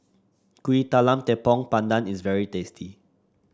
Kuih Talam Tepong Pandan is very tasty